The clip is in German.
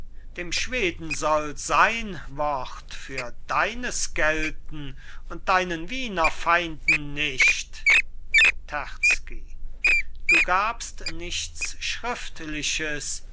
dem schweden soll sein wort für deines gelten und deinen wiener feinden nicht terzky du gabst nichts schriftliches